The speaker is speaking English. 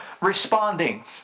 responding